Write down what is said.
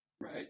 right